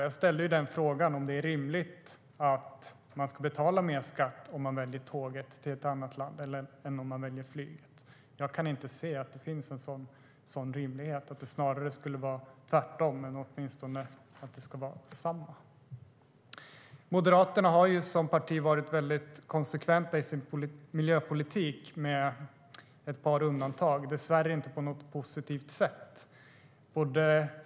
Jag ställde frågan om det är rimligt att man ska betala mer skatt om man väljer att ta tåget till ett annat land än om man väljer flyget. Jag kan inte se att det finns en sådan rimlighet. Det borde snarare vara tvärtom, eller åtminstone detsamma. Moderaterna har som parti varit konsekventa i sin miljöpolitik, med ett par undantag - dessvärre inte på något positivt sätt.